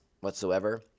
whatsoever